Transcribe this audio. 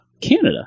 Canada